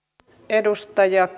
edustaja